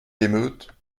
l’émeute